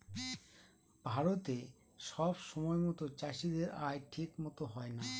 ভারতে সব সময়তো চাষীদের আয় ঠিক মতো হয় না